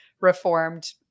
reformed